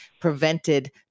prevented